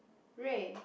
Ray